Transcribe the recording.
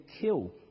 kill